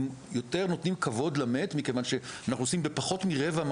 הם יותר נותנים כבוד למת מכיוון שאנחנו עושים בפחות מרבע,